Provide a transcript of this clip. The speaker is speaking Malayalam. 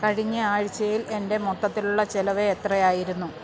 കഴിഞ്ഞ ആഴ്ചയിൽ എൻ്റെ മൊത്തത്തിലുള്ള ചിലവ് എത്രയായിരുന്നു